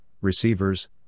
receivers